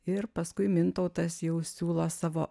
ir paskui mintautas jau siūlo savo